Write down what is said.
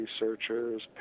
researchers